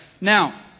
Now